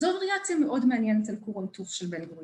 ‫זו ריאציה מאוד מעניינת ‫על כור ההיתוך של בן גוריון.